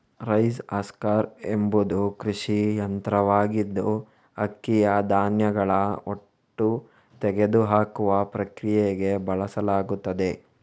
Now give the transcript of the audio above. rice husker ಎಂಬುದು ಕೃಷಿ ಯಂತ್ರವಾಗಿದ್ದು ಅಕ್ಕಿಯ ಧಾನ್ಯಗಳ ಹೊಟ್ಟು ತೆಗೆದುಹಾಕುವ ಪ್ರಕ್ರಿಯೆಗೆ ಬಳಸಲಾಗುತ್ತದೆ